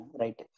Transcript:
right